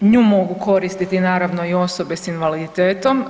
Nju mogu koristiti naravno i osobe sa invaliditetom.